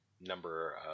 number